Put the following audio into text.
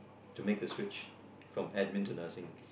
to make the switch from admin to nursing